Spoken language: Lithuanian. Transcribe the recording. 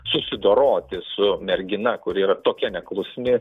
susidoroti su mergina kuri yra tokia neklusni